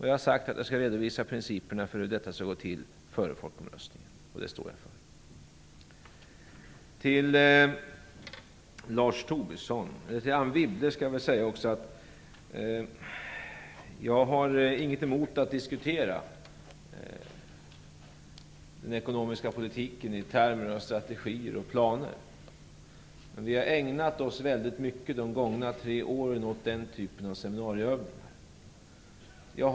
Jag har sagt att jag skall redovisa principerna för hur detta skall gå till före folkomröstningen, och det står jag för. Till Anne Wibble vill jag säga att jag inte har något emot att diskutera den ekonomiska politiken i termer av strategier och planer, men vi har under de senaste tre åren ägnat oss väldigt mycket åt den typen av seminarieövningar.